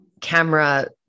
camera